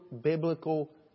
biblical